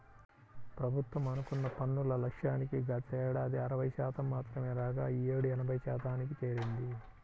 ప్రభుత్వం అనుకున్న పన్నుల లక్ష్యానికి గతేడాది అరవై శాతం మాత్రమే రాగా ఈ యేడు ఎనభై శాతానికి చేరింది